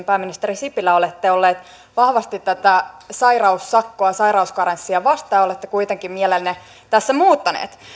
pääministeri sipilä olette aikaisemmin ollut vahvasti tätä sairaussakkoa sairauskarenssia vastaan ja olette kuitenkin mielenne tässä muuttanut